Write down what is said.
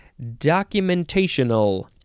Documentational